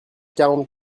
quarante